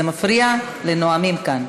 זה מפריע לנואמים כאן.